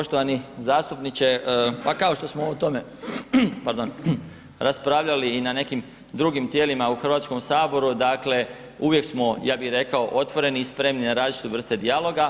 Poštovani zastupniče, pa kao što smo o tome, pardon, raspravljali i na nekim drugim tijelima u Hrvatskom saboru, dakle uvijek smo ja bih rekao otvoreni i spremni na različite vrste dijaloga.